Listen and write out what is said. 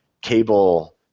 cable